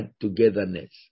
togetherness